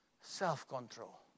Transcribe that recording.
self-control